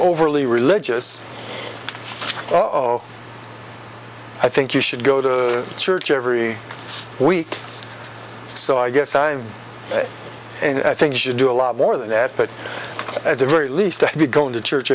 overly religious of i think you should go to church every week so i guess i and i think you should do a lot more than that but at the very least i'd be going to church